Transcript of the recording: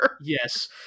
Yes